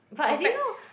but I didn't know